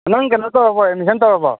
ꯅꯪ ꯀꯩꯅꯣ ꯇꯧꯔꯕꯣ ꯑꯦꯗꯃꯤꯁꯟ ꯇꯧꯔꯕꯣ